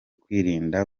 kwirinda